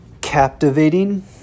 captivating